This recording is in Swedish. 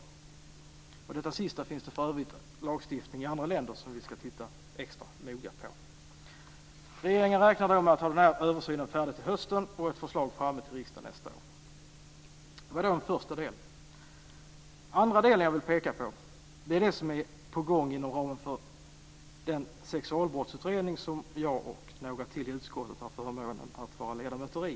Beträffande det sista finns det för övrigt lagstiftning i andra länder som vi ska titta extra noga på. Regeringen räknar med att ha denna översyn färdig till hösten och att lägga fram ett förslag till riksdagen nästa år. För det andra vill jag peka på det som är på gång inom ramen för den sexualbrottsutredning som jag och några till i utskottet har förmånen att vara ledamöter i.